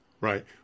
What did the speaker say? right